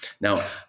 Now